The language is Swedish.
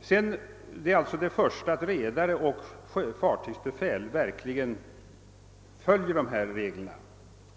sig emot. Först och främst borde alltså redare och fartygsbefäl verkligen följa ifrågavarande regler.